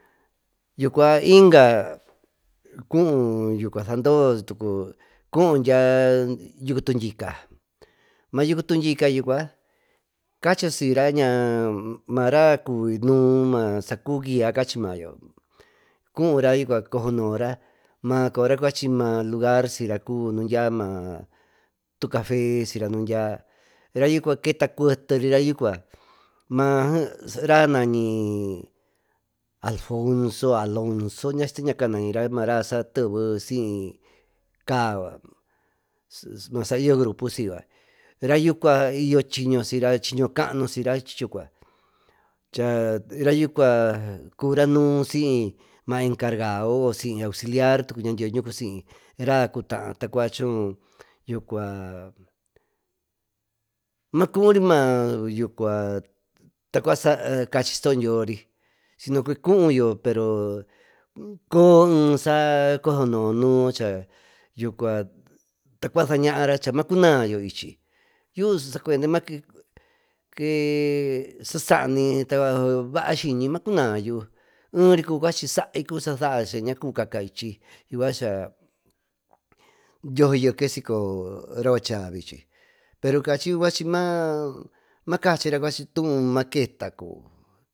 Yucua inga kuu sandoo mayu cutundyica yucua cachiyo sufra marca sacubi nuú masa cubi guía cachi mayo cubra cosonoora mara cachi lugar sidra cubi nundyia tu café rayucua keta cuetara maara nañi alfonso, alonso mara sate besiy caá yucua masairo grupo siyucua rá yucua iyo chiño sidra siño caañu siyra chi chi chucua rayucua cuvira nuú soy ma encargado o soy auxiliar nucu siy raacuta tacua choo yucua macu riymayo tacuba sacachy dyoory cuuyo pero coo ensa cosonoo nuú chaa yucua tacua sañaará cha macunayo vichy yuu sacuendo make saany baa skiyñi macunayu ery cuby cuesaáy cubo sa saá chañacubi cacaichy yucua cha yoso yeky soy coyo racuacha vichy pero cachy macachyra cuachi tuú maketa cuby.